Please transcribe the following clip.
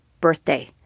birthday